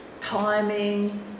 timing